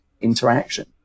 interaction